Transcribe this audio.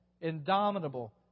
indomitable